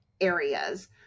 areas